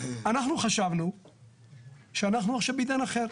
אנחנו חשבנו שאנחנו עכשיו בעידן אחר.